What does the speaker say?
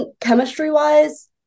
Chemistry-wise